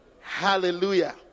Hallelujah